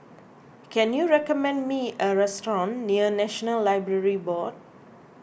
can you recommend me a restaurant near National Library Board